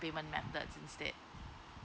payment method instead